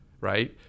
right